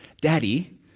Daddy